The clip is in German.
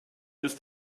ist